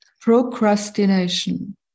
procrastination